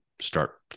start